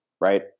right